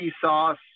sauce